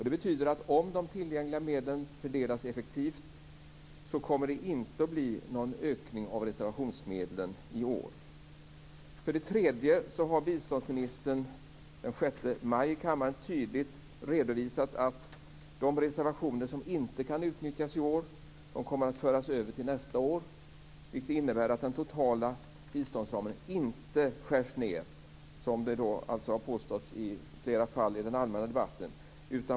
Det betyder att om de tillgängliga medlen fördelas effektivt kommer det inte att bli någon ökning av reservationsmedlen i år. För det tredje: Biståndsministern har den 6 maj i kammaren tydligt redovisat att de reservationer som inte kan utnyttjas i år kommer att föras över till nästa år. Det innebär att den totala biståndsramen inte skärs ned, som det har påståtts i flera fall i den allmänna debatten.